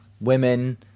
women